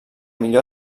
millor